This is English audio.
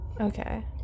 Okay